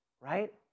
right